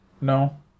no